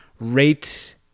rate